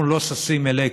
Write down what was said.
אנחנו לא ששים אלי קרב,